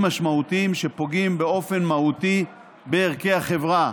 משמעותיים שפוגעים באופן מהותי בערכי החברה,